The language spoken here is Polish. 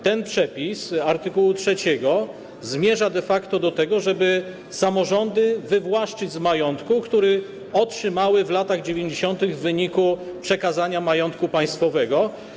Ten przepis art. 3. zmierza de facto do tego, żeby samorządy wywłaszczyć z majątku, który otrzymały w latach 90. w wyniku przekazania majątku państwowego.